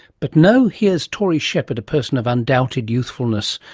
but no, here's tory shepherd, a person of undoubted youthfulness,